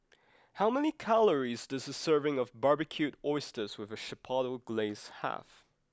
how many calories does a serving of Barbecued Oysters with Chipotle Glaze have